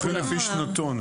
לפי אותו שנתון של ליגת הנוער.